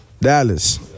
Dallas